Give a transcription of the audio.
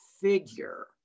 figure